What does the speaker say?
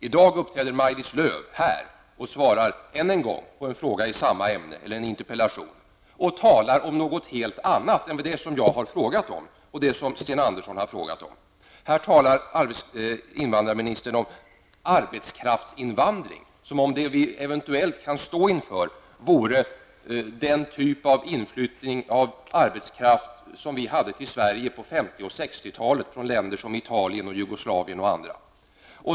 I dag uppträder Maj Lis Lööw här och svarar än en gång på en interpellation i samma ämne och talar om något helt annat än det som jag och Sten Andersson har frågat om. Här talar invandrarministern om arbetskraftsinvandring, som om det vi eventuellt kan stå inför vore den typ av inflyttning av arbetskraft som vi hade till Sverige på 50 och 60 talen från länder som Italien, Jugoslavien, m.fl.